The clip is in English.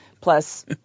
plus